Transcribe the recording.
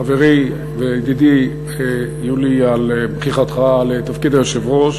חברי וידידי יולי, על בחירתך לתפקיד היושב-ראש.